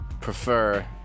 prefer